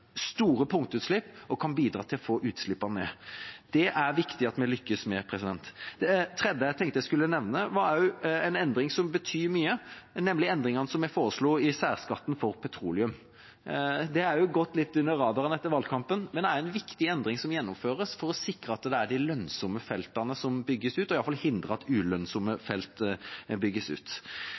store punktutslipp og kan bidra til å få utslippene ned. Det er det viktig at vi lykkes med. Det tredje jeg tenkte jeg skulle nevne, er også en endring som betyr mye, nemlig endringen vi foreslo i særskatten for petroleum. Det har også gått litt under radaren etter valgkampen, men det er en viktig endring som gjennomføres for å sikre at det er de lønnsomme feltene som bygges ut, og iallfall hindrer at ulønnsomme felt bygges ut.